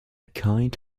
kind